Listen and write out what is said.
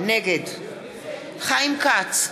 נגד חיים כץ,